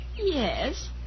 Yes